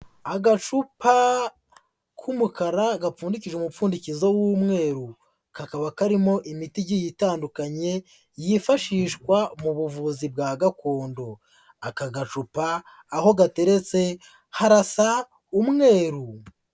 Agacupa k'umukara gapfundikije umupfundizo w'umweru, kakaba karimo imiti igiye itandukanye, yifashishwa mu buvuzi bwa gakondo, aka gacupa aho gateretse harasa umweru.